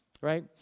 right